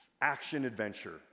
action-adventure